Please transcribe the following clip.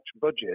budget